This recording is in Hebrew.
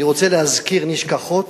אני רוצה להזכיר נשכחות.